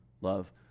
love